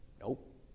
nope